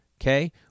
Okay